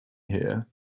here